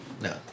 No